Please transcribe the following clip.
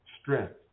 strength